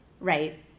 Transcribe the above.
right